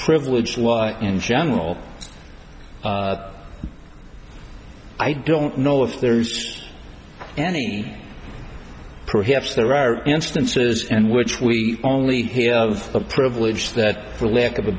privileged life in general i don't know if there is any perhaps there are instances and which we only have the privilege that for lack of a